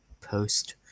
post